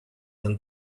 than